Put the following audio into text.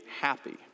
happy